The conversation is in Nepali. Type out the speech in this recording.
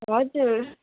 हजुर